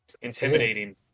intimidating